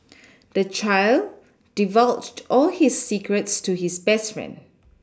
the child divulged all his secrets to his best friend